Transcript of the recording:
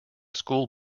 school